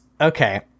okay